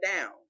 down